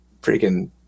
freaking